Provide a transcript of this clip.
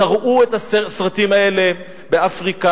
תראו את הסרטים האלה באפריקה,